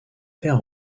perd